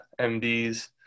mds